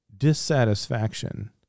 dissatisfaction